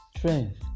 Strength